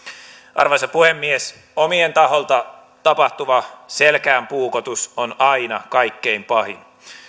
arvoisa puhemies omien taholta tapahtuva selkäänpuukotus on aina kaikkein pahin